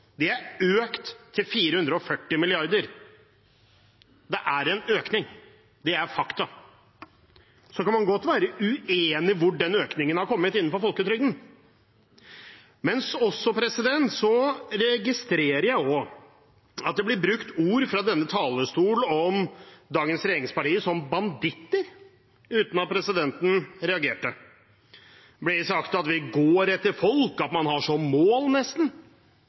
Det er økt til 440 mrd. kr. Det er en økning. Det er fakta. Så kan man godt være uenig i hvor den økningen har kommet innenfor folketrygden. Jeg registrerer at det fra denne talerstolen blir brukt ord som «banditter» om dagens regjeringspartier, uten at presidenten reagerer. Det ble sagt at vi går etter folk, at man har som mål nesten